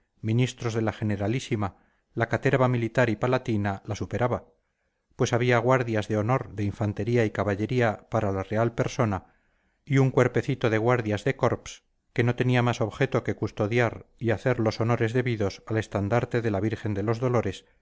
ministros de la generalísima la caterva militar y palatina la superaba pues había guardias de honor de infantería y caballería para la real persona y un cuerpecito de guardias de corps que no tenía más objeto que custodiar y hacer los honores debidos al estandarte de la virgen de los dolores